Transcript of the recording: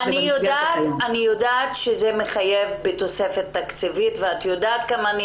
אני יודעת שזה מחייב בתוספת תקציבית ואת יודעת כמה אני